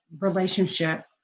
relationship